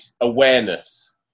awareness